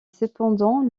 cependant